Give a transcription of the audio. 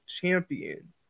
champion